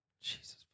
Jesus